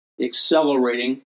accelerating